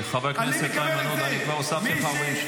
חבר הכנסת איימן עודה, כבר הוספתי לך 40 שניות.